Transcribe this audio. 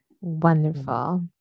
Wonderful